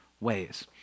ways